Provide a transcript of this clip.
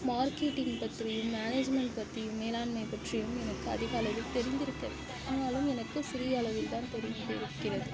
marketing பற்றியும் management பற்றியும் மேலாண்மை பற்றியும் எனக்கு அதிக அளவில் தெரிந்திருக்க ஆனாலும் எனக்கு சிறிய அளவில்தான் தெரிந்திருக்கிறது